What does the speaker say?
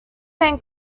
main